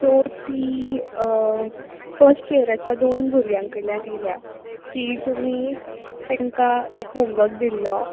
so ती first यराच्या दोन भुरग्यां कडल्यान येल्या की तुमी तेंका एक होमवर्क दिल्लो